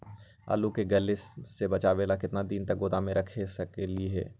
आलू के गले से बचाबे ला कितना दिन तक गोदाम में रख सकली ह?